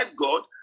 God